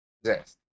exist